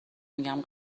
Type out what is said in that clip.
میگم